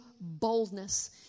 boldness